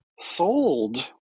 sold